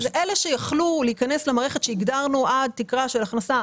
אלה שיכלו להיכנס למערכת שהגדרנו עד תקרה של הכנסה.